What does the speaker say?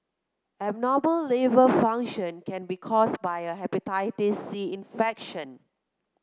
abnormal liver function can be caused by a Hepatitis C infection